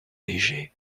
léger